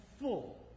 full